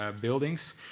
buildings